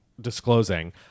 disclosing